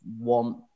want